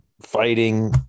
fighting